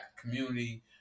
community